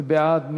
מי בעד?